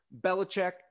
Belichick